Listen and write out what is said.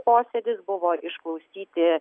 posėdis buvo išklausyti